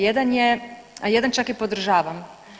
Jedan je, jedan čak i podržavam.